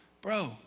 bro